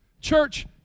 Church